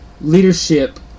leadership